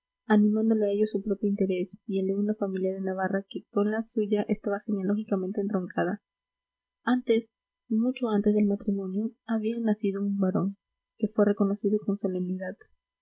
animándole a ello su propio interés y el de una familia de navarra que con la suya estaba genealógicamente entroncada antes mucho antes del matrimonio había nacido un varón que fue reconocido con solemnidad